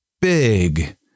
big